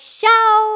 show